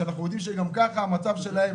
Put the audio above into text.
שאנחנו יודעים שגם ככה המצב שלהם,